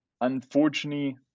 unfortunately